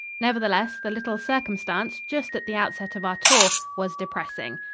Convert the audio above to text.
nevertheless, the little circumstance, just at the outset of our tour, was depressing.